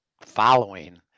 following